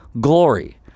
glory